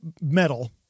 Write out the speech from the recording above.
metal